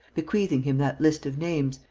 bequeathing him that list of names,